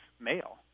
male